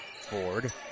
Ford